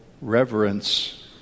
reverence